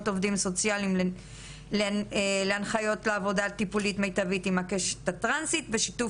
עובדים סוציאליים בהנחיות לעבודה טיפולית מיטבית עם הקשת הטרנסית בשיתוף